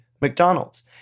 McDonald's